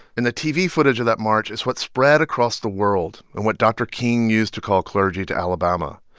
and the tv footage of that march is what spread across the world and what dr. king used to call clergy to alabama.